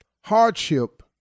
hardship